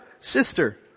sister